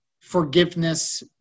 forgiveness